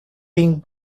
been